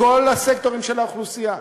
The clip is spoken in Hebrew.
בכל הסקטורים של האוכלוסייה,